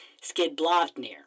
Skidbladnir